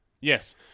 Yes